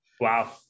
Wow